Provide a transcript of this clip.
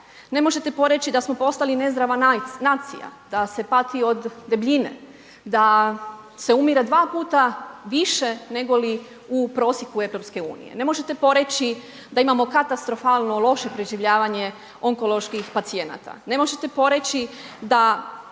Ne možete poreći, da smo postali nezdrava nacija, da se pati od debljine, da se umire 2 puta više nego li u prosjeku EU. Ne možete poreći da imamo katastrofalno loše preživljavanje onkoloških pacijenata. Ne možete poreći, da